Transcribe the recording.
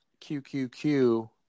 QQQ